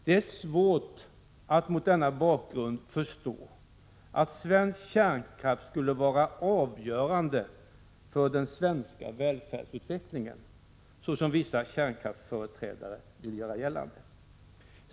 Det är svårt att mot denna bakgrund förstå att svensk kärnkraft skulle vara avgörande för den svenska välfärdsutvecklingen, såsom vissa kärnkraftsföreträdare vill göra gällande.